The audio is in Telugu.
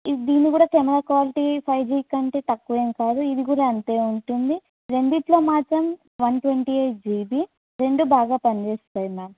దీన్ని కూడా కెమెరా క్వాలిటీ ఫైవ్ జి కంటే తక్కువేం కాదు ఇది కూడా అంతే ఉంటుంది రెండిట్లో మాత్రం వన్ ట్వంటీ ఎయిట్ జీబీ రెండూ బాగా పనిచేస్తాయి మ్యామ్